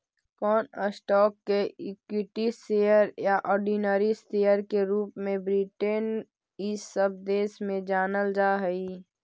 कौन स्टॉक्स के equity share या ऑर्डिनरी शेयर के रूप में ब्रिटेन इ सब देश में जानल जा हई